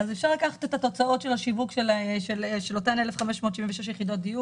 אפשר לקחת את התוצאות של השיווק של אותן 1,576 יחידות דיור,